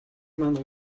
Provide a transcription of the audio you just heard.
маань